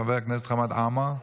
חבר הכנסת חמד עמאר,